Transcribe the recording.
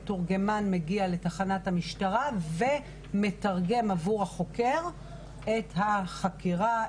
מתורגמן מגיע לתחנת המשטרה ומתרגם עבור החוקר את החקירה,